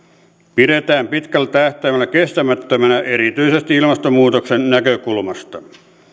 pidetään pitkällä tähtäimellä kestämättömänä erityisesti ilmastonmuutoksen näkökulmasta